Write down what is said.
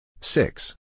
Six